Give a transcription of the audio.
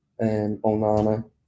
Onana